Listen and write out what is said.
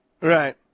right